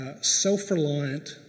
self-reliant